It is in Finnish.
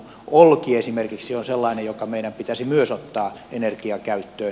olki esimerkiksi on sellainen joka meidän pitäisi myös ottaa energiakäyttöön